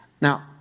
Now